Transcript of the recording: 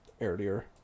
earlier